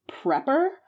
prepper